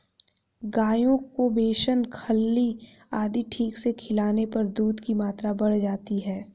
गायों को बेसन खल्ली आदि ठीक से खिलाने पर दूध की मात्रा बढ़ जाती है